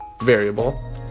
variable